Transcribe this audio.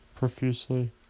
profusely